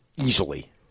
easily